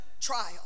trial